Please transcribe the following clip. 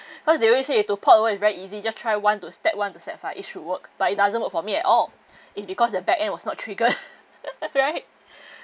cause they always say to port over is very easy just try one two step one two step ah it should work but it doesn't work for me at all is because the back end was not triggered right